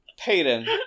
Peyton